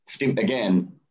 again